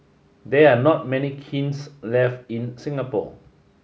there are not many kilns left in Singapore